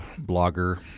blogger